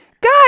God